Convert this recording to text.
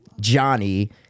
Johnny